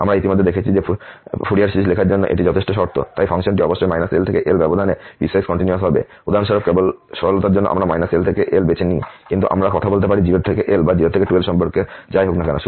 আমরা ইতিমধ্যে দেখেছি যে ফুরিয়ার সিরিজ লেখার জন্য এটি যথেষ্ট শর্ত তাই ফাংশনটি অবশ্যই L L ব্যবধানে পিসওয়াইস কন্টিনিউয়াস হবে উদাহরণস্বরূপ কেবল সরলতার জন্য আমরা L L বেছে নিই কিন্তু আমরা কথা বলতে পারি 0L বা 02L সম্পর্কে যাই হোক না কেন